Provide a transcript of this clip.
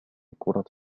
كرة